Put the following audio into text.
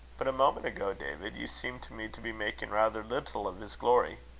but, a moment ago, david, you seemed to me to be making rather little of his glory.